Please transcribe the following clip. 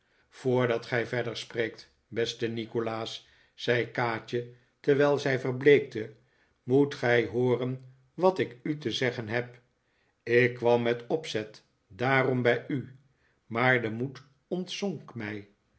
voordat gij verder spreekt beste nikolaas zei kaatje terwijl zij verbleekte moet gij hooren wat ik u te zeggen heb ik kwam met opzet daarom bij u maar de moed ontzonk mij